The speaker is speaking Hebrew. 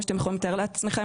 כמו שאתם יכולים לתאר לעצמכם,